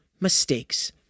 mistakes